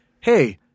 hey